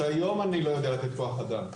שהיום אני לא יודע לתת כוח אדם,